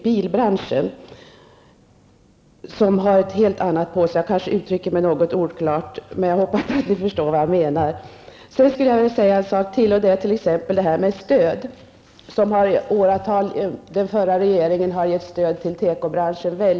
Den förra regeringen har under åratal gett mycket stora summor i stöd till tekobranschen.